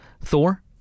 Thor